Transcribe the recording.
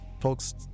folks